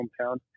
hometown